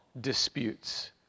disputes